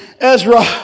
Ezra